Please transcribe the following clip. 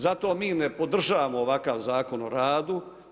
Zato mi ne podržavamo ovakav Zakon o radu.